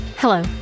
Hello